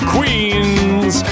Queens